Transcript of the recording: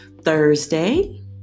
Thursday